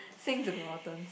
Sing to the Hortons